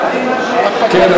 כן,